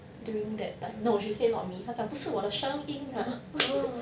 during that time no she said not me 他讲不是我的声音 !huh!